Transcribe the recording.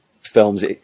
films